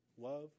Love